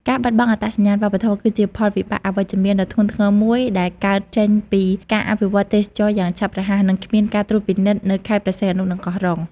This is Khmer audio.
ការបាត់បង់អត្តសញ្ញាណវប្បធម៌ គឺជាផលវិបាកអវិជ្ជមានដ៏ធ្ងន់ធ្ងរមួយដែលកើតចេញពីការអភិវឌ្ឍទេសចរណ៍យ៉ាងឆាប់រហ័ស និងគ្មានការត្រួតពិនិត្យនៅខេត្តព្រះសីហនុ និងកោះរ៉ុង។